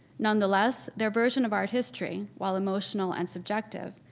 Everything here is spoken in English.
nonetheless, their version of art history, while emotional and subjective,